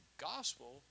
gospel